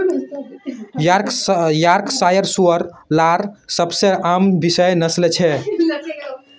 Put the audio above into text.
Yorkshire सूअर लार सबसे आम विषय नस्लें छ